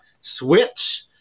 switch